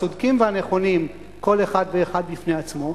הצודקים והנכונים כל אחד ואחד בפני עצמו,